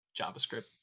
JavaScript